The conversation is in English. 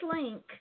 link